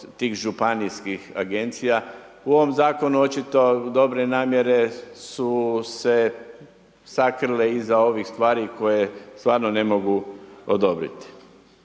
tih županijskih agencija. U ovom Zakonu očito dobre namjere su se sakrile iza ovih stvari koje stvarno ne mogu odobriti.